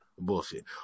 bullshit